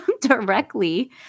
directly